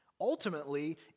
Ultimately